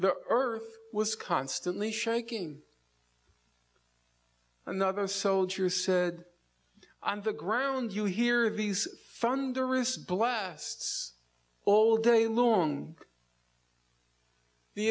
the earth was constantly shaking another soldier said i'm the ground you hear these funder wrist blasts all day long the